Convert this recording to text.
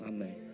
Amen